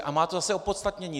A má to zase opodstatnění.